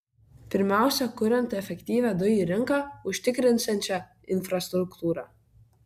pirmiausia kuriant efektyvią dujų rinką užtikrinsiančią infrastruktūrą